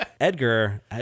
edgar